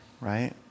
right